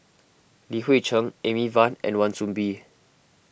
Li Hui Cheng Amy Van and Wan Soon Bee